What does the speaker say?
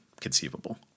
conceivable